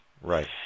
Right